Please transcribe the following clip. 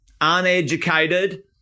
uneducated